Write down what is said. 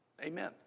amen